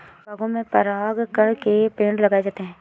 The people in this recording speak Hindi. बागों में परागकण के पेड़ लगाए जाते हैं